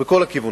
מכל הכיוונים,